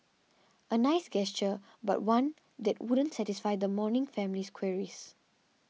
a nice gesture but one that won't satisfy the mourning family's queries